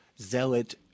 zealot